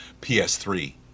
PS3